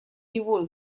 него